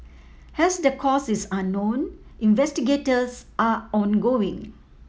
as the cause is unknown investigators are ongoing